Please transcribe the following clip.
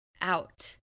out